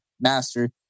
master